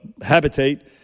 habitate